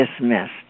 dismissed